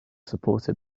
supported